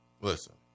Listen